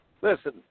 Listen